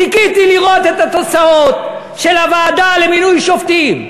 חיכיתי לראות את התוצאות של הוועדה למינוי שופטים.